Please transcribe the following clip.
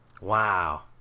Wow